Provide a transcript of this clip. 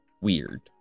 weird